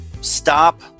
stop